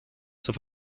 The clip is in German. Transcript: zur